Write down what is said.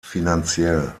finanziell